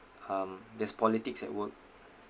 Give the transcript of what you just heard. um there's politics at work